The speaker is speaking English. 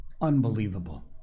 Unbelievable